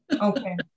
Okay